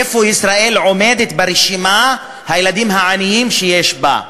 איפה ישראל עומדת ברשימה, הילדים העניים שיש בה.